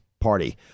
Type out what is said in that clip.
party